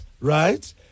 right